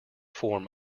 form